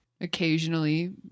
Occasionally